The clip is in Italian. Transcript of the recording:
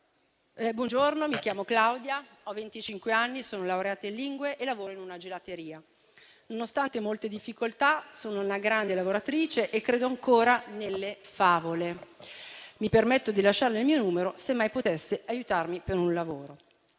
«Buongiorno, mi chiamo Claudia, ho venticinque anni, sono laureata in lingue e lavoro in una gelateria. Nonostante molte difficoltà, sono una grande lavoratrice e credo ancora nelle favole. Mi permetto di lasciare il mio numero, se mai potesse aiutarmi per un lavoro.»